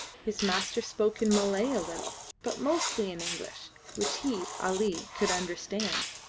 his master spoke in malay a little, but mostly in english, which he, ali, could understand.